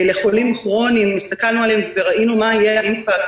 לחולים כרוניים הסתכלנו עליהם וראינו מה היה האימפקט